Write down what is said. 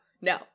no